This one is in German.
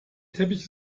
teppich